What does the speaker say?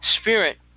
spirit